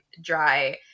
dry